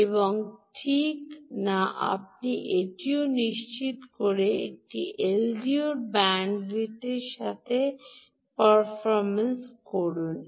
এবং ঠিক না আপনি এটিও নিশ্চিত করে যে এলডিওর ব্যান্ডউইথের পারফরম্যান্স ঠিক আছে